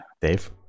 Dave